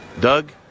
Doug